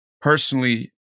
personally